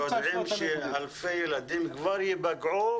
אנחנו כבר יודעים שאלפי ילדים ייפגעו.